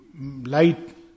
light